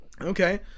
Okay